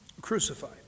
crucified